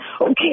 Okay